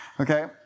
okay